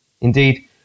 Indeed